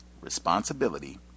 responsibility